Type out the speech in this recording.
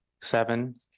seven